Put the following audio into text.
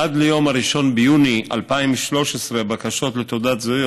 עד ליום 1 ביוני 2013 בקשות לתעודת זיהוי